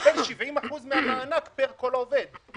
אנחנו נותנים מענק על כל עובד שחוזר.